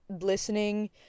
listening